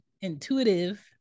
intuitive